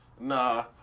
Nah